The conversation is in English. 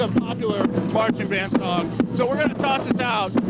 ah popular marching band song, so we're going to toss it